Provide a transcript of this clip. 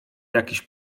jakiś